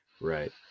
right